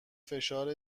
فشار